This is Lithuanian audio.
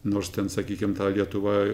nors ten sakykim lietuva